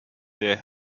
the